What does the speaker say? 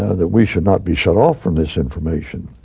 that we should not be shut off from this information.